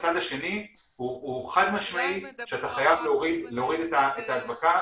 הצד השני הוא חד משמעית שאתה חייב להוריד את ההדבקה.